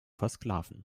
versklaven